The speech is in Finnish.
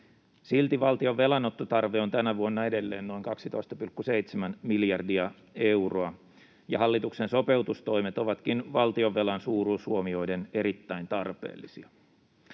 Silti valtion velanottotarve on tänä vuonna edelleen noin 12,7 miljardia euroa, ja hallituksen sopeutustoimet ovatkin valtionvelan suuruus huomioiden erittäin tarpeellisia.